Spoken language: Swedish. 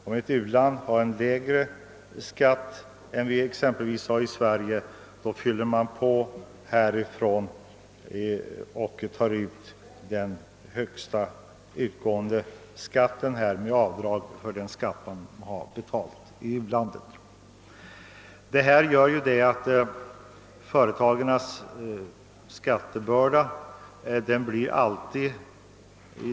Om ett u-land har en lägre skatt än exempelvis vi har i Sverige, får företaget betala skatt i Sverige med avdrag för den skatt företaget har betalat i vederbörande u-land.